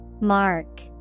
Mark